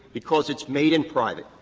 because it's made in private.